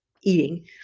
eating